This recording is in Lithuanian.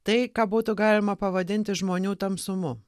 tai ką būtų galima pavadinti žmonių tamsumu